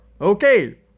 Okay